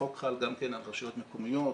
החוק חל גם על רשויות מקומיות,